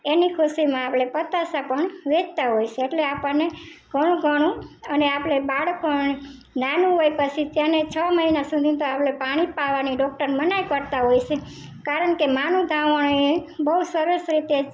એની ખુશીમાં આપણે પતાસા પણ વહેચતા હોય છે એટલે આપણને ઘણું ઘણું અને આપણે બાળકો નાનું હોય પછી તેને છ મહિના સુધી તો પાણી પાવાની ડૉક્ટર મનાઈ કરતાં હોય છે કારણ કે માનું ધાવણ એ બહુ સરસ રીતે જ